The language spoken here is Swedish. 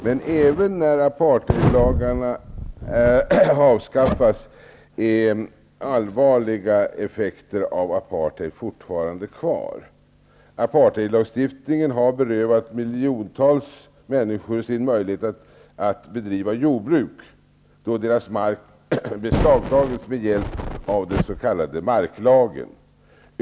Men även när apartheidlagarna har avskaffats kommer allvarliga effekter av apartheid fortfarande att vara kvar. Apartheidlagstiftningen har berövat miljontals människor deras möjlighet att bedriva jordbruk, då deras mark har beslagtagits med hjälp av den s.k. marklagen.